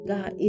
God